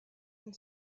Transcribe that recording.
and